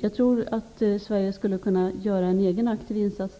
Jag tror att Sverige här skulle kunna göra en egen aktiv insats